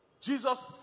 Jesus